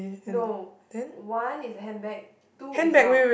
no one is a hand bag two is your